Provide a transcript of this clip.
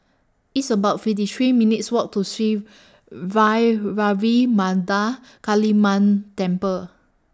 It's about fifty three minutes' Walk to Sri Vairavimada Kaliamman Temple